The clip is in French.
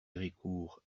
héricourt